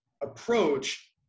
approach